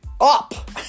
up